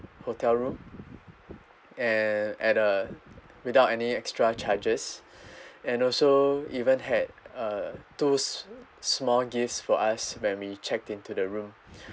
hotel room and at a without any extra charges and also even had uh those small gifts for us when we checked into the room so